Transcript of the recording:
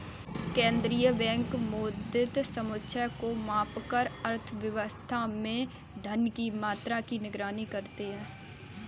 केंद्रीय बैंक मौद्रिक समुच्चय को मापकर अर्थव्यवस्था में धन की मात्रा की निगरानी करते हैं